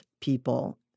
people